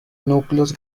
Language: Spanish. núcleos